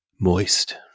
moist